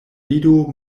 vido